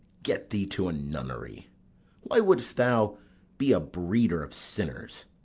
get thee to a nunnery why wouldst thou be a breeder of sinners?